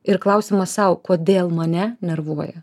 ir klausimas sau kodėl mane nervuoja